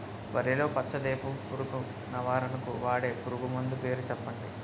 వరిలో పచ్చ దీపపు పురుగు నివారణకు వాడే పురుగుమందు పేరు చెప్పండి?